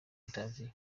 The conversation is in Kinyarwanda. interview